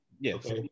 Yes